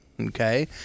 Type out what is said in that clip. okay